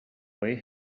way